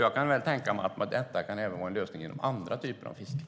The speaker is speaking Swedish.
Jag kan tänka mig att detta kan vara en lösning även inom andra typer av fiske.